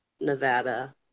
Nevada